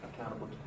accountable